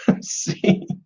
See